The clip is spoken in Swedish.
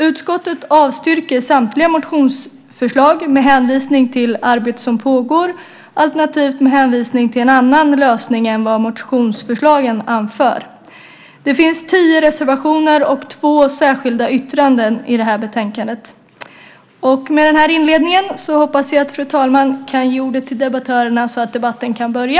Utskottet avstyrker samtliga motionsförslag med hänvisning till arbete som pågår alternativt med hänvisning till en annan lösning än vad som anförs i motionsförslagen. Det finns tio reservationer och två särskilda yttranden i betänkandet. Med den här inledningen hoppas jag att fru talman kan ge ordet till debattörerna så att debatten kan börja.